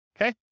okay